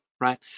right